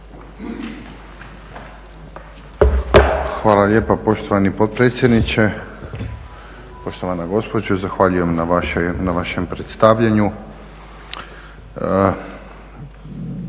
Hvala lijepa poštovan potpredsjedniče, poštovana gospođo. Zahvaljujem na vašem predstavljanju.